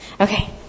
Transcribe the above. Okay